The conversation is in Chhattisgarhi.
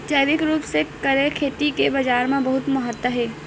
जैविक रूप से करे खेती के बाजार मा बहुत महत्ता हे